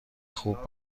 خوب